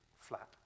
flat